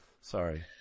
Sorry